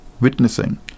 witnessing